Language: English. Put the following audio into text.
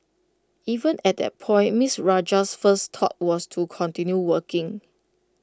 even at that point miss Rajah's first thought was to continue working